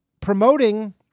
promoting